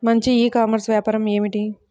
మంచి e commerce వ్యాపారం ఏమిటీ?